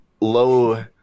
low